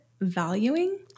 valuing